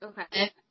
Okay